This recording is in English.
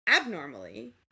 abnormally